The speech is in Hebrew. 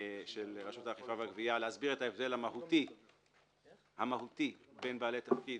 רשות האכיפה והגבייה להסביר את ההבדל המהותי בין בעלי תפקיד